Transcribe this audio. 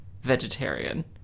vegetarian